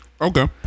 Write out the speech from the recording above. okay